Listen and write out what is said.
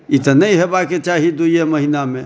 ई तऽ नहि हेबाके चाही दुइए महिनामे